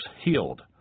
healed